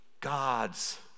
God's